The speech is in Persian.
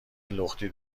لختی